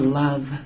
love